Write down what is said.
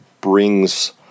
brings